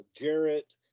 Jarrett